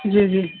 جی جی